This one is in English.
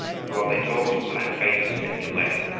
and while they talked black-face slipped away.